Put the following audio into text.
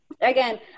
again